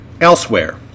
elsewhere